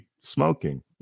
smoking